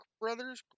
Brothers